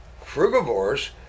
frugivores